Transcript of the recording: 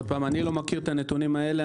עוד פעם, אני לא מכיר את הנתונים האלה.